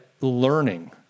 learning